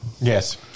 yes